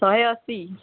ଶହେ ଅଶି